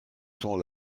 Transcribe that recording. sont